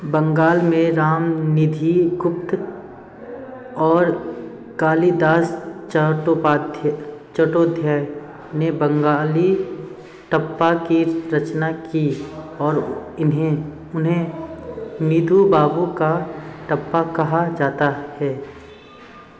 बंगाल में रामनिधि गुप्त और कालिदास चट्टोपाध्याय ने बंगाली टप्पा की रचना की और इन्हें उन्हें निधु बाबू का टप्पा कहा जाता है